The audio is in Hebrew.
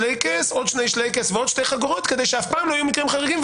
לעוד שני שלייקעס ולעוד שתי חגורות כדי שאף פעם לא יהיו מקרים חריגים,